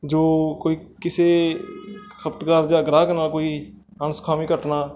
ਜੋ ਕੋਈ ਕਿਸੇ ਖਪਤਕਾਰ ਜਾਂ ਗਾਹਕ ਨਾਲ ਕੋਈ ਅਣਸੁਖਾਵੀਂ ਘਟਨਾ